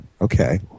Okay